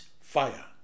fire